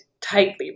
tightly